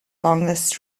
longest